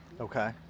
Okay